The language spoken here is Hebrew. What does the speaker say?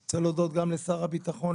אני רוצה להודות גם לשר הביטחון,